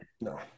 No